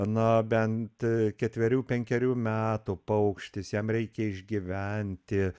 na bent ketverių penkerių metų paukštis jam reikia išgyventi